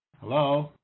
Hello